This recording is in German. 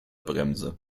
bremse